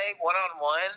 one-on-one